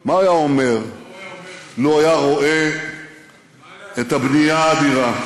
מה הוא היה אומר מה הוא היה אומר לו היה רואה את הבנייה האדירה,